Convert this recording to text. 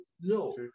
no